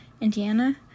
indiana